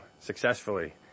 successfully